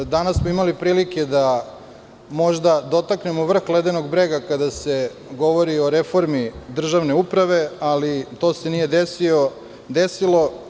Danas smo imali prilike da možda dotaknemo vrh ledenog brega kada se govori o reformi državne uprave, ali to se nije desilo.